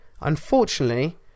Unfortunately